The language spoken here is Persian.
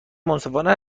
منصفانه